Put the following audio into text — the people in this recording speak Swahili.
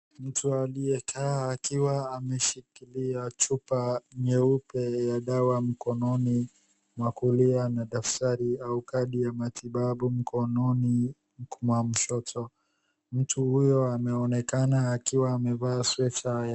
Mtu aliyekaa akiwa ameshikilia chupa nyeupe ya dawa mkononi na kulia ana dafsari au kadi ya matibabu mkononi huku mamshoto. Mtu huyu ameonekana akiwa amevaa sweta ya..